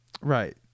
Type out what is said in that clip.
Right